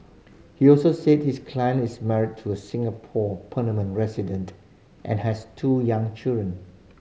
he also said his client is married to a Singapore permanent resident and has two young children